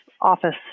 office